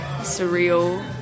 surreal